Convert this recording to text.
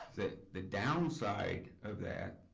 the the down side of that,